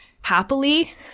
happily